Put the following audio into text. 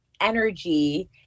energy